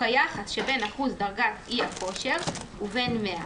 כיחס שבין אחוז דרגת האי-כושר להשתכר ובין מאה